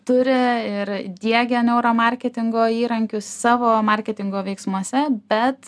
turi ir diegia neuromarketingo įrankius savo marketingo veiksmuose bet